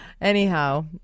Anyhow